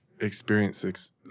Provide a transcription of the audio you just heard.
experience